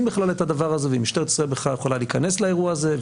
בכלל את הדבר הזה והאם משטרת ישראל יכולה בכלל להיכנס לאירוע הזה,